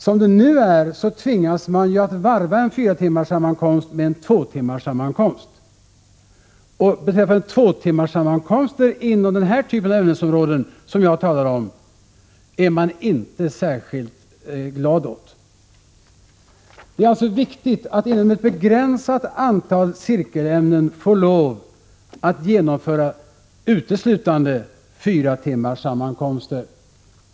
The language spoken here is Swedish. Som det nu är tvingas man varva en fyratimmarssammankomst med en tvåtimmarssammankomst. Tvåtimmarssammankomster inom den typ av ämnesområden som jag talar om är man inte särskilt glad åt. Det är alltså viktigt att inom ett begränsat antal cirkelämnen få lov att genomföra uteslutande fyratimmarssammankomster.